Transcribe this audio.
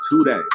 today